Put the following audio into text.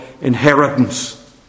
inheritance